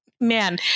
Man